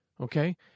Okay